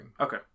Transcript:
Okay